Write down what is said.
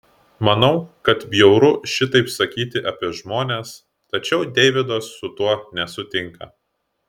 manau kad bjauru šitaip sakyti apie žmones tačiau deividas su tuo nesutinka